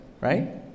right